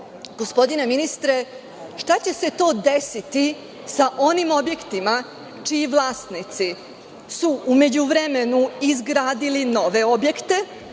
gospodine ministre, šta će se to desiti sa onim objektima čiji vlasnici su u međuvremenu izgradili nove objekte,